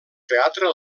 teatre